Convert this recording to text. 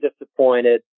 disappointed